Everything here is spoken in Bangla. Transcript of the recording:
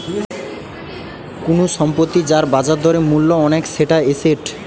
কুনু সম্পত্তি যার বাজার দরে মূল্য অনেক সেটা এসেট